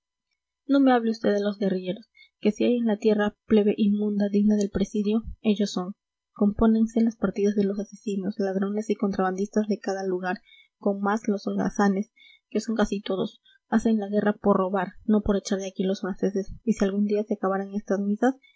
no me hable vd de los guerrilleros que si hay en la tierra plebe inmunda digna del presidio ellos son compónense las partidas de los asesinos ladrones y contrabandistas de cada lugar con más los holgazanes que son casi todos hacen la guerra por robar no por echar de aquí a los franceses y si algún día se acabaran estas misas